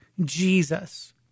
Jesus